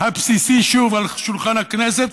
הבסיסי שוב על שולחן הכנסת,